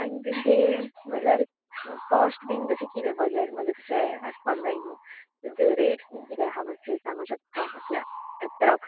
आनी तेंचे म्हटल्यार कॉस्ट बीन तशें कितें बजट म्हजें तशें आसपाक जाय नू म्हणजे रेट्स बी कितें आसा मात्शे सांगू शकता म्हणजे एप्रॉक्स